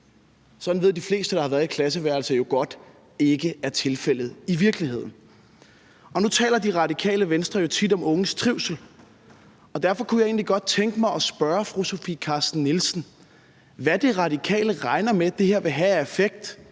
belastning. De fleste, der har været i klasseværelset, ved jo godt, at det ikke er tilfældet i virkeligheden. Nu taler Radikale Venstre jo tit om unges trivsel, og derfor kunne jeg egentlig godt tænke mig at spørge fru Sofie Carsten Nielsen, hvad Radikale Venstre regner med det her vil have af effekt